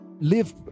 live